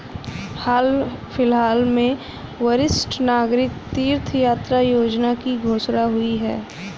हाल फिलहाल में वरिष्ठ नागरिक तीर्थ यात्रा योजना की घोषणा हुई है